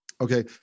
Okay